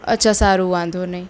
અચ્છા સારું વાંધો નહીં